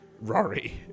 Rory